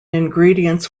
ingredients